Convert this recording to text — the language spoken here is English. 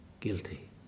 guilty